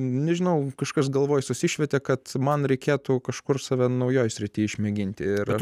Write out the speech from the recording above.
nežinau kažkas galvoje susišvietė kad man reikėtų kažkur save naujoj srityje išmėginti ir aš